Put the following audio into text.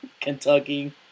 Kentucky